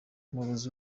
umuyobozi